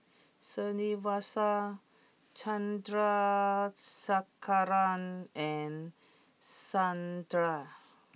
Srinivasa Chandrasekaran and Santha